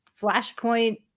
Flashpoint